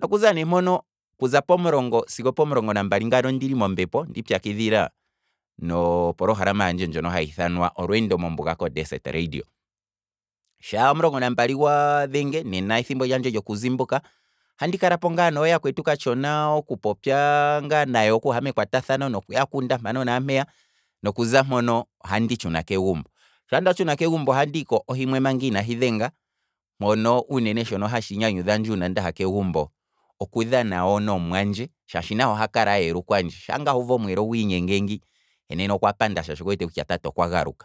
nokuza ne mpono okuza pomulongo sigo opomulongo nambali ngano ondili mombepo, ndi pyakidhila no program handje ndjono hahi ithanwa olweendo mombuga ko derset radio, sha omulongo nambali gwa dhenge, ethimbo lyandje lyoku zimbuka, ohandi kalapo ngaa nooyakwetu katshona okupopya ngaa nayo kuya mekwatathano okuya kunda mpeya nampeya nokuza mpano ohandi tshuna kegumbo, sha ndatshuna kegumbo, ohandi hiko manga ohimwe ina hi dhenga, mono shono hatshi nyanyudhandje uuna ndaha kegumbo okudhana wo nomumwandje shaashi nahe ohakala ayelukwandje, shaanga uuvu omweelo gwiinyenge ngi, he nena okwa panda shaashi okuwete kutya tate okwa galuka.